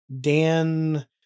Dan